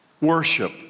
Worship